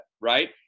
right